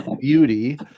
beauty